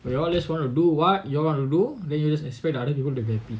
but you just do what y'all wanted to do what you want to do then you just expect other people to be happy